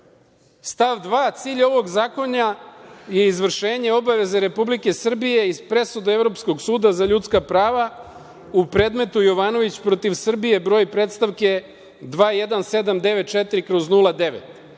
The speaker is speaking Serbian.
kaže: „Cilj ovog zakona je izvršenje obaveze Republike Srbije iz presude Evropskog suda za ljudska prava u predmetu „Jovanović protiv Srbije“, broj predstavke 21794/09“.